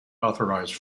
authorized